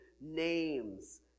names